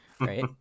right